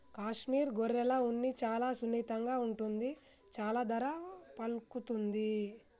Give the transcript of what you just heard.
కాశ్మీర్ గొర్రెల ఉన్ని చాలా సున్నితంగా ఉంటుంది చాలా ధర పలుకుతుంది